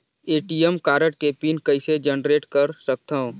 ATM card के PIN कइसे generate कर सकथव?